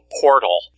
portal